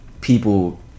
people